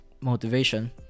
motivation